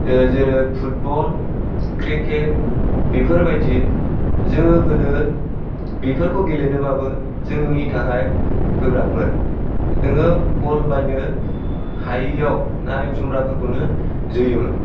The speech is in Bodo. फुटबल क्रिकेट बेफोरबायदि जोङो गोदो बेफोरखौ गेलेनोबाबो जोंनि थाखाय गोब्राबमोन जोङो बल बायनो हायिआव नारें जुम्ब्राफोरखौनो जोयोमोन